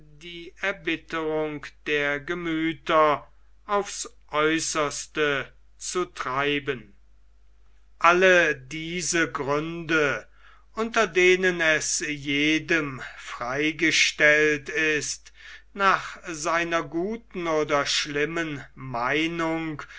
die erbitterung der gemüther aufs aeußerste zu treiben alle diese gründe unter denen es jedem freigestellt ist nach seiner guten oder schlimmen meinung